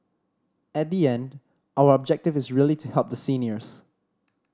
at the end our objective is really to help the seniors